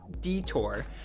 detour